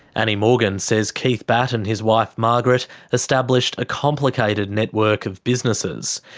annie morgan says keith batt and his wife margaret established a complicated network of businesses.